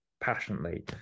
passionately